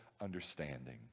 understanding